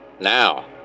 now